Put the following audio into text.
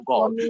God